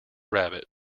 rabbit